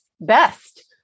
best